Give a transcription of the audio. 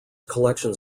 collections